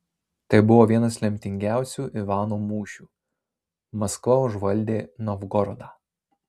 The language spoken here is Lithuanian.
tai buvo vienas lemtingiausių ivano mūšių maskva užvaldė novgorodą